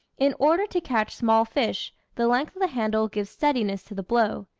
in order to catch small fish the length of the handle gives steadiness to the blow.